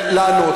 לענות.